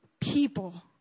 people